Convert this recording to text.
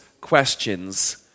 questions